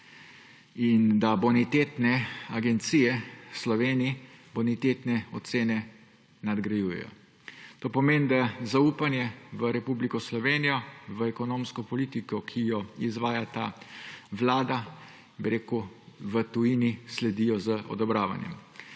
in da bonitetne agencije v Sloveniji bonitetne ocene nadgrajujejo. To pomeni, da zaupanje v Republiko Slovenijo, v ekonomsko politiko, ki jo izvaja ta vlada, v tujini sledijo z odobravanjem.